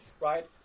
right